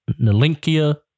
Nalinkia